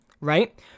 right